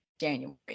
January